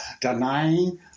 Denying